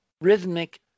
rhythmic